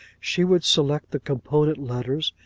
she would select the component letters,